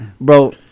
bro